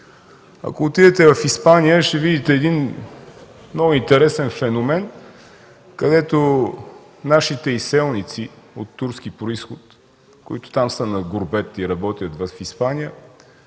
Ако отидете в Испания, ще видите един много интересен феномен, където нашите изселници от турски произход, които там са на гурбет и работят,